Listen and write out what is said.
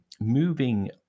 Moving